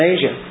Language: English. Asia